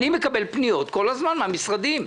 אני מקבל פניות כל הזמן מן המשרדים.